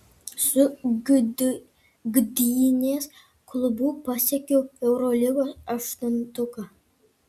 su gdynės klubu pasiekiau eurolygos aštuntuką